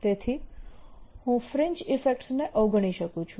તેથી હું fringe effects ને અવગણી શકું છું